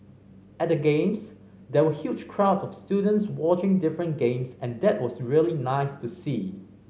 at the Games there were huge crowds of students watching different games and that was really nice to see